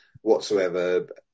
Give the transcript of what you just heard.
whatsoever